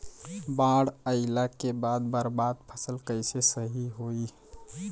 बाढ़ आइला के बाद बर्बाद फसल कैसे सही होयी?